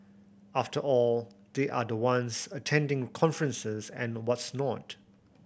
after all they are the ones attending conferences and what's not